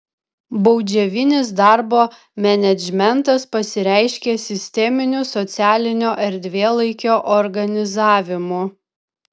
baudžiavinis darbo menedžmentas pasireiškė sisteminiu socialinio erdvėlaikio organizavimu